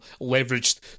leveraged